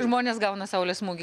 žmonės gauna saulės smūgį